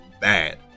bad